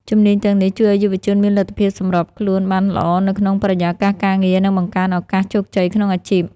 ជំនាញទាំងនេះជួយឱ្យយុវជនមានលទ្ធភាពសម្របខ្លួនបានល្អនៅក្នុងបរិយាកាសការងារ និងបង្កើនឱកាសជោគជ័យក្នុងអាជីព។